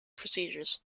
procedures